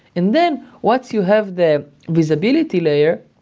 and then once you have the visibility layer,